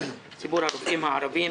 ציבור הרופאים הערביים